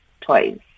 toys